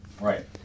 Right